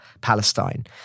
Palestine